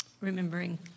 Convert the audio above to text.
remembering